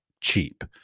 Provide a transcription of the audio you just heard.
cheap